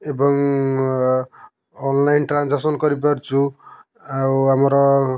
ଏବଂ online transaction କରି ପାରୁଛୁ ଆଉ ଆମର